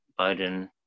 Biden